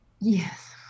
Yes